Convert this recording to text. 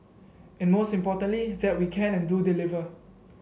and most importantly that we can and do deliver